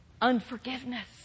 unforgiveness